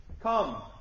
Come